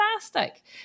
fantastic